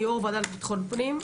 אני יושבת-ראש הוועדה לביטחון פנים,